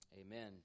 Amen